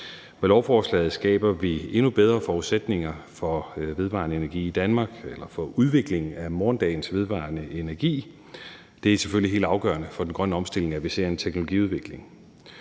Med lovforslaget skaber vi endnu bedre forudsætninger for vedvarende energi i Danmark eller for udviklingen af morgendagens vedvarende energi. Det er selvfølgelig helt afgørende for den grønne omstilling, at vi ser en teknologiudvikling.